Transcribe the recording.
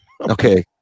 Okay